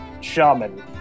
shaman